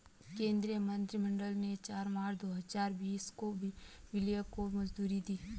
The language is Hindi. केंद्रीय मंत्रिमंडल ने चार मार्च दो हजार बीस को विलय को मंजूरी दी